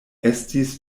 estis